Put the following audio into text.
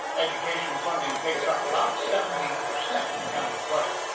education funding takes up about seventy percent and county's budget.